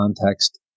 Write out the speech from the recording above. context